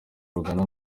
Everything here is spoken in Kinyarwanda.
rugana